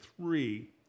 three